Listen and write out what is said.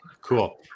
Cool